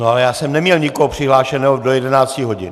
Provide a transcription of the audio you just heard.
No ale já jsem neměl nikoho přihlášeného do 11 hodin.